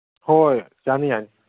ꯍꯣꯏ ꯌꯥꯅꯤ ꯌꯥꯅꯤ